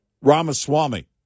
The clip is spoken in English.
Ramaswamy